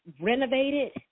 renovated